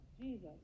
Jesus